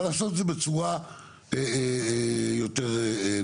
אבל לעשות את זה בצורה יותר נבונה,